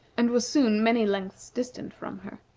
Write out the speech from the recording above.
and was soon many lengths distant from her.